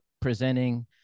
presenting